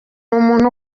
umuntu